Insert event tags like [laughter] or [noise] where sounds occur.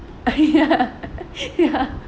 [laughs] ya